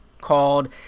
called